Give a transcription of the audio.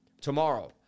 tomorrow